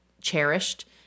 cherished